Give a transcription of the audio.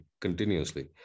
continuously